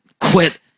Quit